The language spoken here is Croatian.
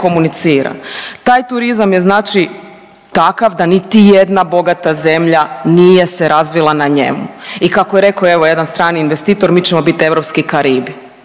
komunicira. Taj turizam je znači takav da niti jedna bogata zemlja nije se razvila na njemu i kako je rekao evo jedan strani investitor mi ćemo biti europski Karibi.